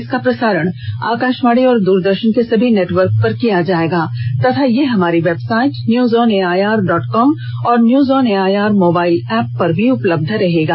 इसका प्रसारण आकाशवाणी और द्ररदर्शन के सभी नेटवर्क पर किया जाएगा तथा यह हमारी website news on AIR dot com और news on AIR mobile app पर भी उपलब्ध होगा